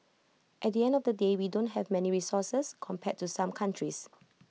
at the end of the day we don't have many resources compared to some countries